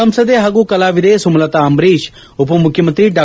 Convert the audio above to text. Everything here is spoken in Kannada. ಸಂಸದೆ ಹಾಗೂ ಕಲಾವಿದೆ ಸುಮಲತಾ ಅಂಬರೀಶ್ ಉಪಮುಖ್ಯಮಂತ್ರಿ ಡಾ